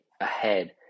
ahead